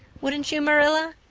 wouldn't you, marilla?